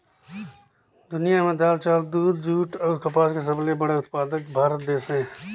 दुनिया में दाल, चावल, दूध, जूट अऊ कपास के सबले बड़ा उत्पादक भारत देश हे